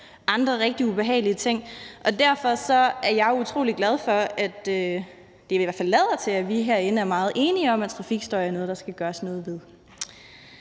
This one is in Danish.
og andre rigtig ubehagelige ting. Derfor er jeg utrolig glad for, at det i hvert fald lader til, at vi herinde er meget enige om, at trafikstøj er noget, der skal gøres noget ved.